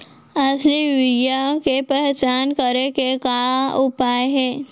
असली यूरिया के पहचान करे के का उपाय हे?